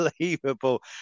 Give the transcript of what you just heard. Unbelievable